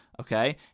Okay